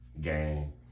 gang